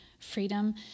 Freedom